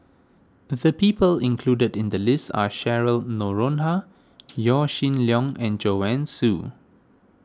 the people included in the list are Cheryl Noronha Yaw Shin Leong and Joanne Soo